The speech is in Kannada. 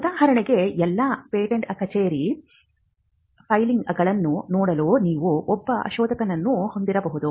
ಉದಾಹರಣೆಗೆ ಎಲ್ಲಾ ಪೇಟೆಂಟ್ ಕಚೇರಿ ಫೈಲ್ಗಳನ್ನು ನೋಡಲು ನೀವು ಒಬ್ಬ ಶೋಧಕನನ್ನು ಹೊಂದಿರಬಹುದು